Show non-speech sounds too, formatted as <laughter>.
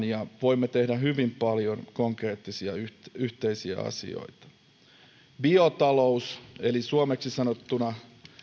<unintelligible> ja voimme tehdä hyvin paljon konkreettisia yhteisiä asioita esimerkkinä biotalous eli suomeksi sanottuna